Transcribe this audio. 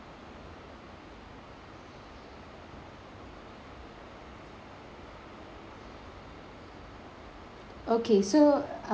okay so uh